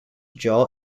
jaw